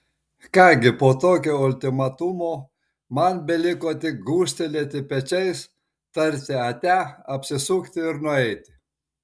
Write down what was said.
ką gi po tokio ultimatumo man beliko tik gūžtelėti pečiais tarti ate apsisukti ir nueiti